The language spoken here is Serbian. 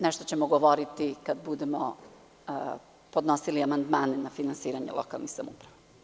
Nešto ćemo govoriti kada budemo podnosili amandmane na finansiranje lokalnih samouprava.